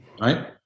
right